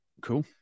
Cool